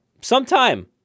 Sometime